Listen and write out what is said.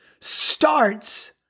starts